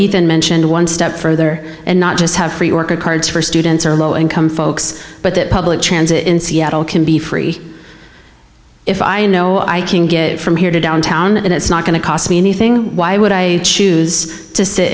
ethan mentioned one step further and not just have free orchid cards for students or low income folks but that public transit in seattle can be free if i know i can get from here to downtown and it's not going to cost me anything why would i choose to sit